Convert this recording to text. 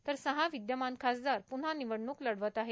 तर सहा विद्यमान खासदार प्न्हा निवडणूक लढवित आहे